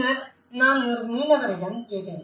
பின்னர் நான் ஒரு மீனவரிடம் கேட்டேன்